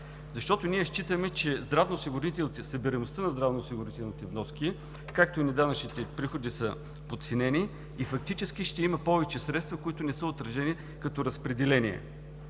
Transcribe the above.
Защо? Считаме, че събираемостта на здравноосигурителните вноски, както и на данъчните приходи са подценени и фактически ще има повече средства, които не са отразени като разпределение.